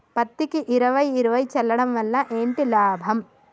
పత్తికి ఇరవై ఇరవై చల్లడం వల్ల ఏంటి లాభం?